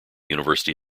university